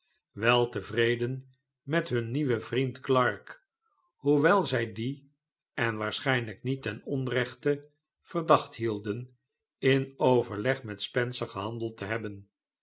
wel tevreden met hun nieuwen vriend clarke hoewel zij dien en waarschijnlijk niet ten onrechte verdacht hielden in overleg met spencer gehandeld te hebben